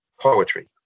poetry